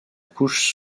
couche